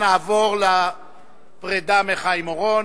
נעבור לפרידה מחיים אורון.